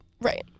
Right